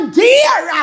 dear